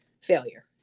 failure